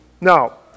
Now